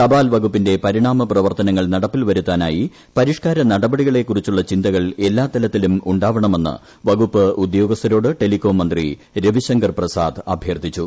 തപാൽവകുപ്പിന്റെ പരിണാമ പ്രവർത്തനങ്ങൾ നടപ്പിൽ വരുത്താനായി പരിഷ്ക്കാര നടപടികളെക്കുറിച്ചുള്ള ചിന്തകൾ എല്ലാ തലത്തിലും ഉണ്ടാവണമെന്ന് വകുപ്പ് ഉദ്യോഗസ്ഥരോട് ടെലികോം മന്ത്രി രവി ശങ്കർ പ്രസാദ് അഭ്യർത്ഥിച്ചു